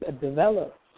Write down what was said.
develop